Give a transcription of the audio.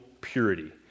purity